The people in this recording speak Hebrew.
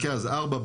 לקייה אז ארבע,